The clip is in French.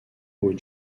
aux